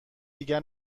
دیگر